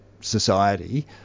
society